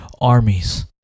armies